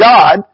God